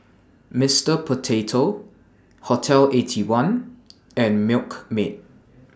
Mister Potato Hotel Eighty One and Milkmaid